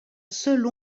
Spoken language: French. seule